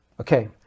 Okay